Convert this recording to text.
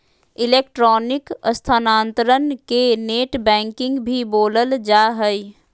electronic स्थानान्तरण के net banking भी बोलल जा हइ